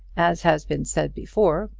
as has been said before,